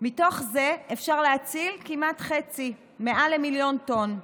ומתוך זה אפשר להציל כמעט חצי, מעל למיליון טון.